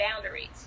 boundaries